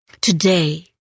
Today